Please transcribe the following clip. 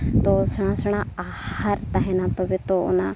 ᱟᱫᱚ ᱥᱮᱬᱟ ᱥᱮᱬᱟ ᱟᱦᱟᱨ ᱛᱟᱦᱮᱱᱟ ᱛᱚᱵᱮ ᱛᱚ ᱚᱱᱟ